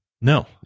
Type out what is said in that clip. no